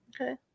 Okay